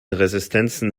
resistenzen